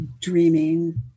dreaming